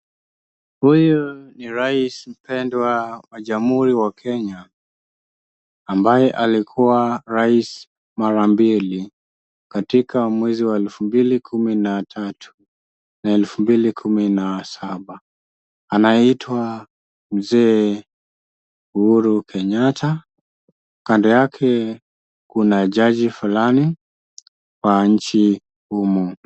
Huyu ni rais mpendwa wa Jamhuri wa Kenya ambaye alikuwa rais mara mbili katika mwezi wa elfu mbili kumi na tatu na elfu mbili kumi na saba, anayeitwa Mzee Uhuru Kenyatta. Kando yake kuna jaji fulani wa nchi humu.